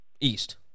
East